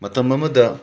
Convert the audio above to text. ꯃꯇꯝ ꯑꯃꯗ